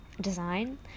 design